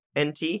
NT